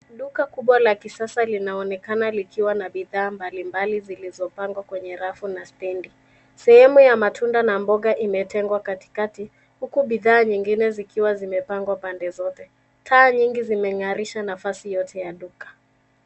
Duka kubwa la kisasa linaonekana likiwa na bidhaa mbalimbali zilizopangwa kwenye rafu na stendi. Sehemu ya matunda na mboga imetengwa katikati huku bidhaa nyingine zikiwa zimepangwa pande zote. Taa nyingi zimengarisha nafasi yote ya duka.